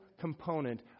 component